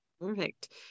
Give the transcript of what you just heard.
Perfect